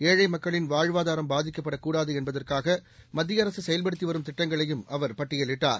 ஏழை மக்களின் வாழ்வாதாரம் பாதிக்கப்படக்கூடாது என்பதற்காக மத்திய அரசு செயல்படுத்தி வரும் திட்டங்களையும் அவர் பட்டியலிட்டார்